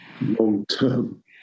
long-term